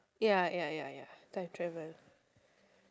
ya ya ya ya time travel